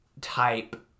type